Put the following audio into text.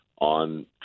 on